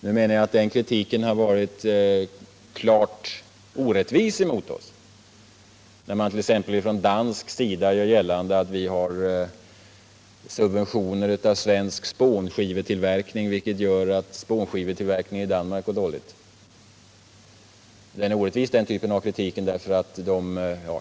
Nu menar jag att den kritiken har varit klart orättvis mot oss —t.ex. när det från dansk sida görs gällande att vi skulle ha subventionerat svensk spånskivetillverkning, vilket skulle medföra att spånskivetillverkningen i Danmark går dåligt. Den typen av kritik är orättvis.